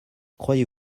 croyez